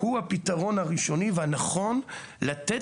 הוא הפתרון הראשוני והנכון כדי לתת